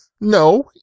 no